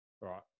right